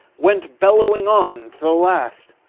went bellowing on to the last.